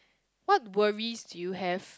what worries do you have